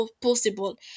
possible